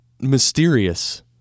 mysterious